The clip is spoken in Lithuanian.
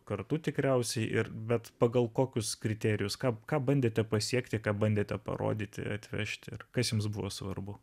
kartu tikriausiai ir bet pagal kokius kriterijus kam ką bandėte pasiekti ką bandėte parodyti atvežti kas jums buvo svarbu